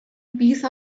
piece